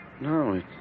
No